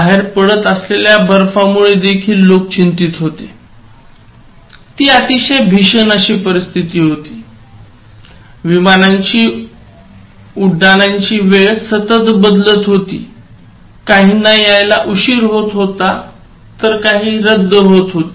बाहेर पडत असलेल्या बर्फामुळे देखील लोक चिंतीत होते ती अतिशय भीषण परिस्थिती होती विमानांची उड्डाणाची वेळ सतत बदलत होती काहींना यायला उशीर होत होता तर काही रद्द होत होती